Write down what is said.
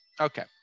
Okay